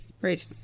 right